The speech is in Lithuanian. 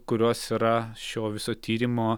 kurios yra šio viso tyrimo